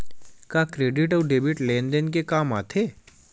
का क्रेडिट अउ डेबिट लेन देन के काम आथे?